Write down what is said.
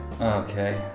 Okay